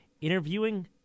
interviewing